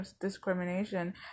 discrimination